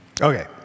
Okay